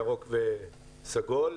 ירוק וסגול,